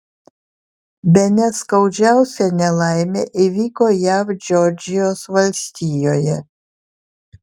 bene skaudžiausia nelaimė įvyko jav džordžijos valstijoje